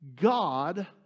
God